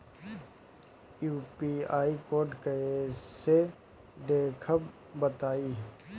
UPI code कैसे देखब बताई?